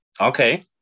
Okay